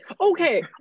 okay